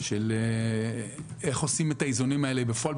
של איך עושים את האיזונים האלה בפועל.